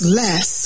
less